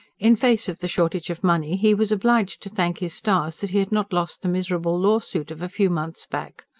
in face of the shortage of money, he was obliged to thank his stars that he had not lost the miserable lawsuit of a few months back.